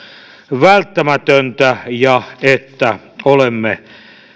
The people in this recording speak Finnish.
välttämätöntä ja että olemme